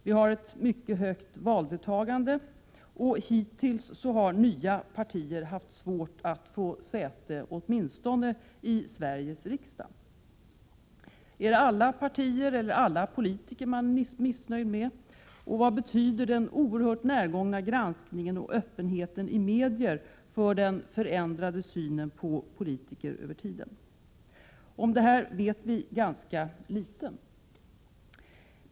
Vi har ett mycket högt valdeltagande, och hittills har nya partier haft svårt att få säte, åtminstone i Sveriges riksdag. Är det alla partier och politiker man är missnöjd med? Vad betyder den oerhört närgångna granskningen och öppenheten i medierna på den över tiden förändrade synen på politiker? Om detta vet vi ganska litet.